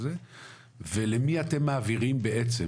ולמי אתם מעבירים בעצם